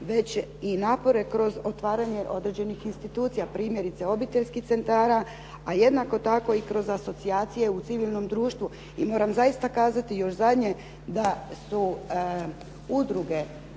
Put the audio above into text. već i napore kroz otvaranje određenih institucija, primjerice obiteljskih centara, a jednako tako i kroz asocijacije u civilnom društvu. I moram zaista kazati, još zadnje da su udruge